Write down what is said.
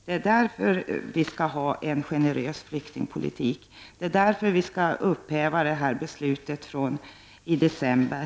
Det är därför vi skall ha en generös flyktingpolitik, och det är därför vi skall upphäva beslutet från december.